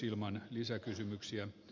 arvoisa puhemies